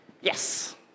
Yes